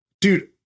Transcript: dude